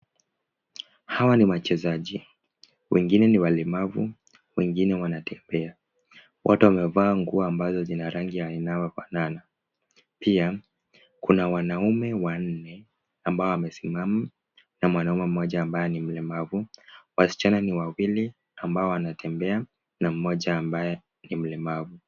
Hawa ni wachezaji, wengine ni walemavu, wengine wanatembea. Wote wamevaa nguo ambazo zina rangi inayofanana. Pia, kuna wanaume wanne ambao wamesimama, na mwanaume mmoja ambaye ni mlemavu. Wasichana ni wawili ambao wanatembea na mmoja ambaye ni mlemavu.